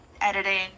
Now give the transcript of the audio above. editing